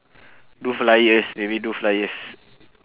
do flyers maybe do flyers